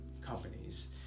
companies